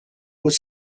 was